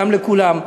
גם לכולם.